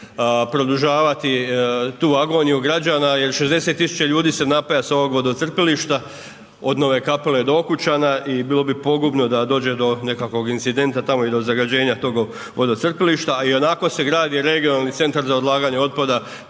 produžavati tu agoniju građana jer 60 tisuća ljudi se napaja s ovog vodocrpilišta, od Nove Kapele do Okučana i bilo bi pogubno da dođe do nekakvog incidenta tamo i do zagađenja tog vodocrpilišta, a ionako se gradi regionalni centar za odlaganje otpada